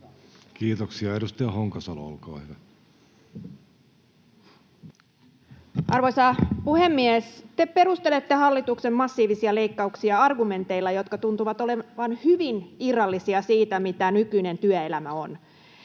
työllä. Edustaja Honkasalo, olkaa hyvä. Arvoisa puhemies! Te perustelette hallituksen massiivisia leikkauksia argumenteilla, jotka tuntuvat olevan hyvin irrallisia siitä, mitä nykyinen työelämä on.